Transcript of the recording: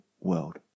world